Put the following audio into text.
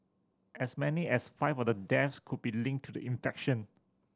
as many as five of the deaths could be linked to the infection